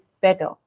better